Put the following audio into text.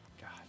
God